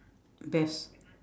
best